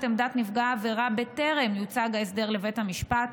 עמדת נפגע העבירה בטרם יוצג ההסדר לבית המשפט,